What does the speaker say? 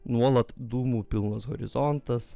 nuolat dūmų pilnas horizontas